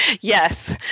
Yes